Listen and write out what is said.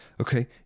Okay